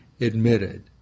admitted